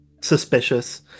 suspicious